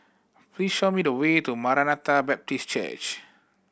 please show me the way to Maranatha Baptist Church